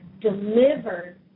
delivered